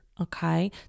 okay